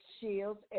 Shields